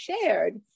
shared